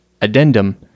addendum